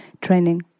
training